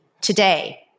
today